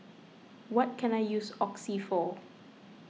what can I use Oxy for